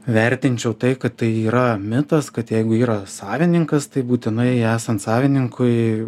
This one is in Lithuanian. vertinčiau tai kad tai yra mitas kad jeigu yra savininkas tai būtinai esant savininkui